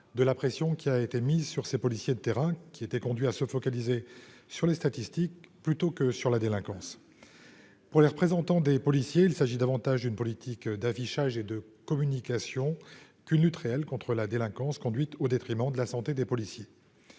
de la pression qui a été mise sur ces policiers de terrain qui était conduit à se focaliser sur les statistiques plutôt que sur la délinquance pour les représentants des policiers, il s'agit davantage d'une politique d'affichage et de communication qu'une lutte réelle contre la délinquance, conduite au détriment de la santé, des policiers